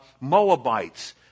Moabites